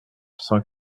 cent